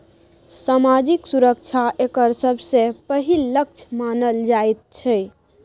सामाजिक सुरक्षा एकर सबसँ पहिल लक्ष्य मानल जाइत छै